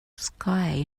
sky